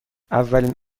اولین